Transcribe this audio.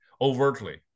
overtly